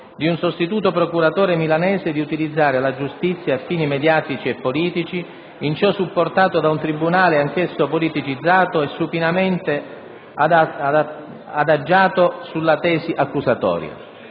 di un sostituto procuratore milanese di utilizzare la giustizia a fini mediatici e politici, in ciò supportato da un Tribunale anch'esso politicizzato e supinamente adagiato sulla tesi accusatoria.